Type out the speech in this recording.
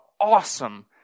awesome